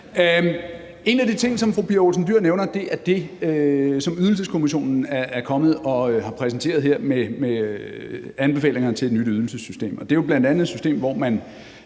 En af de ting, som fru Pia Olsen Dyhr nævner, er det, som Ydelseskommissionen har præsenteret, altså deres anbefalinger til et nyt ydelsessystem. Det er bl.a. et system, hvor man,